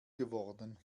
geworden